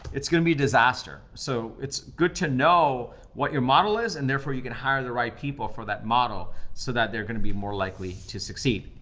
it's gonna be disaster. so it's good to know what your model is, and therefore you can hire the right people for that model so that they're gonna be more likely to succeed.